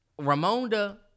Ramonda